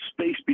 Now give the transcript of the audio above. space